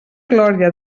glòria